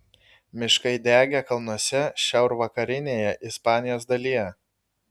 miškai degė kalnuose šiaurvakarinėje ispanijos dalyje